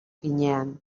finean